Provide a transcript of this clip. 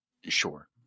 Sure